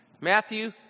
Matthew